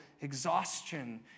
exhaustion